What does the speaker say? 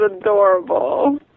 adorable